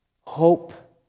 Hope